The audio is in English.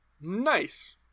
Nice